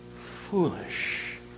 foolish